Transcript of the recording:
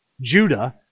Judah